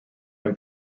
him